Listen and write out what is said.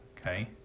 okay